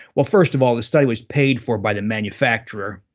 well first of all the study was paid for by the manufacturer.